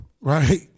right